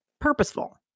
purposeful